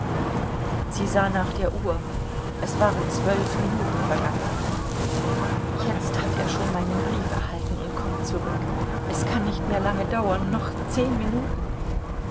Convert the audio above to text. sie sah nach der uhr es waren zwölf minuten vergangen jetzt hat er schon meinen brief erhalten und kommt zurück es kann nicht mehr lange dauern noch zehn minuten